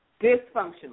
dysfunctional